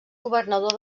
governador